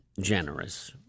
generous